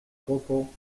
poco